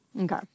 Okay